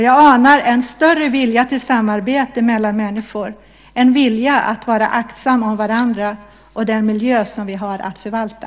Jag anar en större vilja till samarbete mellan människor - en vilja att vara aktsam om varandra och den miljö som vi har att förvalta.